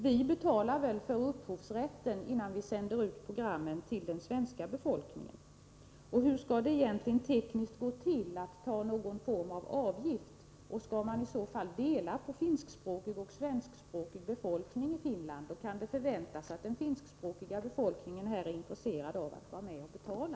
Vi betalar väl för upphovsrätten innan vi sänder ut programmen till den svenska befolkningen. Och hur skall det egentligen tekniskt gå till att ta någon form av avgift? Skall man i så fall dela på finskspråkig och svenskspråkig befolkning i Finland? Kan det förväntas att den finskspråkiga befolkningen är intresserad av att vara med och betala?